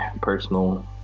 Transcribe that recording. personal